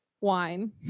wine